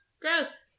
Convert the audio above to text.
Gross